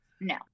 no